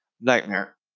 nightmare